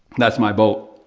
that's my boat.